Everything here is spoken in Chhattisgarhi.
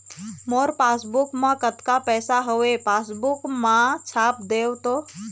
मोर पासबुक मा कतका पैसा हवे पासबुक मा छाप देव तो?